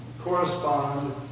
Correspond